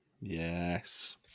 Yes